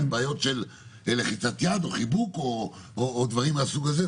זה בעיות של לחיצת יד או חיבוק או דברים מהסוג הזה.